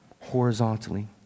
horizontally